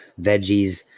veggies